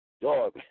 dog